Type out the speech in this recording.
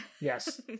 Yes